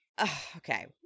okay